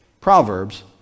Proverbs